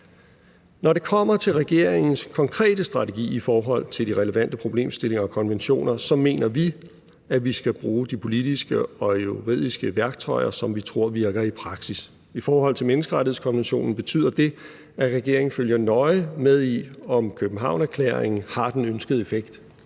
Når det kommer til regeringens konkrete strategi i forhold til de relevante problemstillinger og konventioner, mener vi, at vi skal bruge de politiske og juridiske værktøjer, som vi tror virker i praksis. I forhold til menneskerettighedskonventionen betyder det, at regeringen følger nøje med i, om Københavnererklæringen har den ønskede effekt.